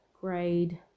grade